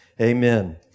amen